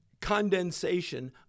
condensation